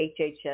HHS